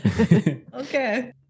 Okay